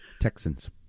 Texans